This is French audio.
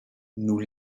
nous